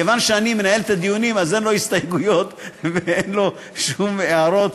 כיוון שאני מנהל את הדיונים אז אין לו הסתייגויות ואין לו שום הערות,